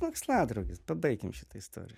moksladraugis pabaikim šitą istoriją